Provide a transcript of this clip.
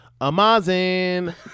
Amazing